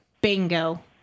bingo